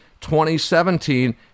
2017